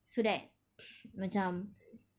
so that macam